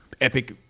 epic